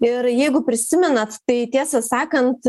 ir jeigu prisimenate tai tiesą sakant